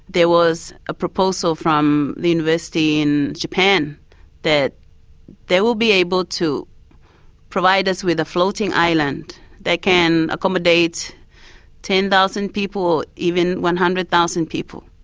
there was a proposal from the university in japan that they will be able to provide us with a floating island that can accommodate ten thousand people, even one hundred. zero people.